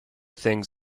things